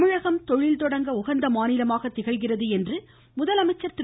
தமிழகம் தொழில் தொடங்க உகந்த மாநிலமாக திகழ்கிறது என்று முதலமைச்சர் திரு